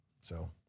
So-